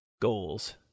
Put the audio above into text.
goals